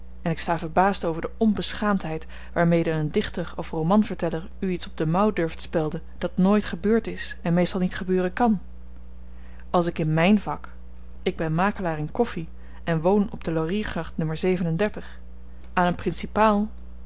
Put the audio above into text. en ik sta verbaasd over de onbeschaamdheid waarmede een dichter of romanverteller u iets op de mouw durft spelden dat nooit gebeurd is en meestal niet gebeuren kan als ik in myn vak ik ben makelaar in koffi en woon op de lauriergracht n aan